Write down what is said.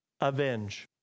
avenge